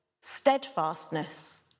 steadfastness